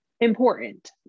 important